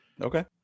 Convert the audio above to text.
Okay